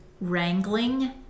wrangling